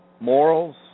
morals